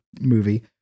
movie